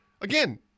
again